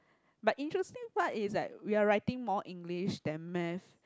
but interesting part is like we're writing more English than math